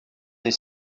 des